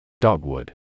Dogwood